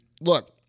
look